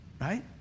right